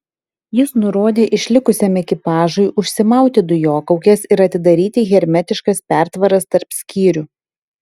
jis nurodė išlikusiam ekipažui užsimauti dujokaukes ir atidaryti hermetiškas pertvaras tarp skyrių